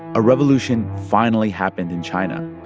a revolution finally happened in china.